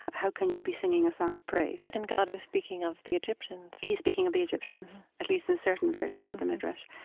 how can you be singing a song of praise? and god is speaking of the egyptians he's speaking of the egyptians, at least in certain versions of the midrash.